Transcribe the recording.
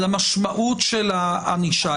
על המשמעות של הענישה.